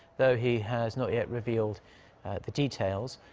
though he has not yet revealed the details.